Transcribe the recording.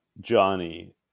johnny